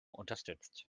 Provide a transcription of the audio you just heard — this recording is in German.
unterstützt